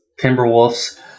Timberwolves